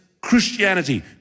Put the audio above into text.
Christianity